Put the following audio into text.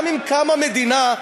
גם אם קמה מדינה,